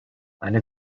eine